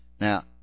Now